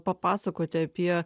papasakoti apie